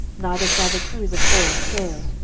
neither shall the cruse of oil fail,